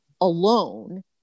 alone